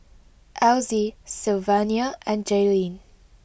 Elzy Sylvania and Jayleen